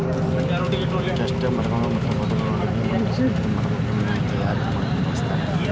chestnut ಮರಗಳು ಮತ್ತು ಪೊದೆಗಳನ್ನ ಅಡುಗಿಗೆ, ಮತ್ತ ಕಟಗಿಗಳನ್ನ ಮರದ ಉತ್ಪನ್ನಗಳನ್ನ ತಯಾರ್ ಮಾಡಾಕ ಬಳಸ್ತಾರ